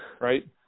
right